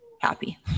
happy